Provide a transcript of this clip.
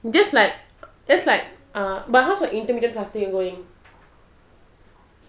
that's like that's like uh but how's your intermittent fasting going